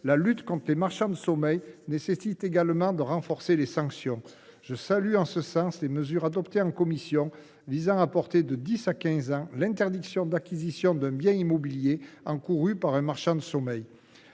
la lutte contre les marchands de sommeil nécessite également de renforcer les sanctions. Je salue en ce sens les mesures adoptées en commission visant à porter de dix à quinze ans la durée de l’interdiction d’acquisition d’un bien immobilier encourue par un marchand de sommeil.